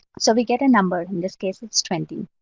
so we get a number. in this case, it's twenty.